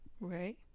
Right